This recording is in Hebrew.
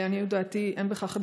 לעניות דעתי לא די בכך,